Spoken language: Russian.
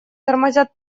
тормозят